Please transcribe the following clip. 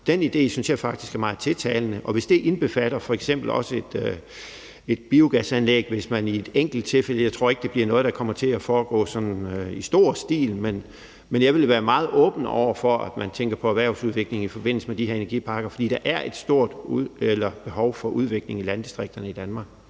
udviklingsklynger er meget tiltalende, og også hvis det f.eks. indbefatter et biogasanlæg i et enkelt tilfælde – jeg tror ikke, det er noget, der kommer til at foregå i stor stil. Men jeg vil være meget åben over for, at man tænker på erhvervsudvikling i forbindelse med de her energiparker. For der er et stort behov for udvikling i landdistrikterne i Danmark.